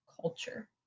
culture